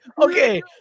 okay